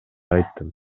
айттым